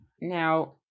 Now